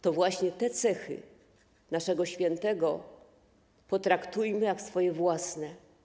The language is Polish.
To właśnie te cechy naszego świętego potraktujmy jak swoje własne.